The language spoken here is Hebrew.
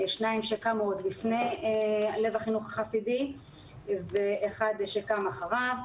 שניים שקמו עוד לפני לב החינוך החסידי ואחד שקם אחריו.